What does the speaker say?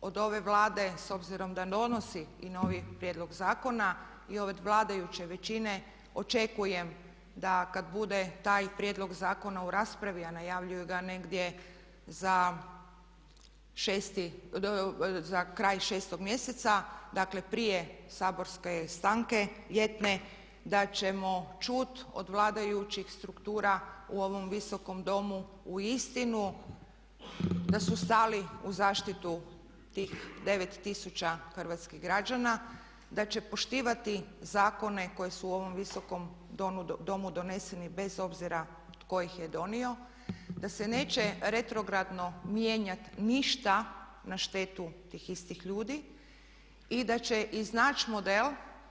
od ove Vlade s obzirom da donosi i novi prijedlog zakona i od vladajuće većine očekujem da kad bude taj prijedlog zakona u raspravi a najavljuju ga negdje za kraj 6 mjeseca, dakle prije saborske stanke ljetne da ćemo čuti od vladajućih struktura u ovom Visokom domu uistinu da su stali u zaštitu tih 9 tisuća hrvatskih građana, da će poštivati zakone koje su u ovom Visokom domu doneseni bez obzira tko ih je donio, da se neće retrogradno mijenjati ništa na štetu tih istih ljudi i da će iznaći model.